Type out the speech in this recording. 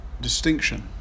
distinction